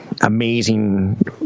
amazing